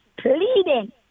pleading